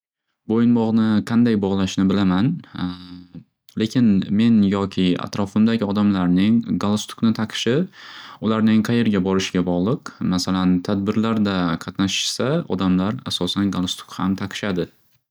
Bo'yinbog'ni qanday bog'lashni bilaman lekin men yoki atrofimdagi odamlarning galustikni taqishi ularning qayerga borishiga bog'liq masalan tadbirlarda qatnashishsa odamlar asosan galustik ham taqishadi.